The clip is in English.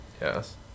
Yes